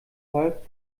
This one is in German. volk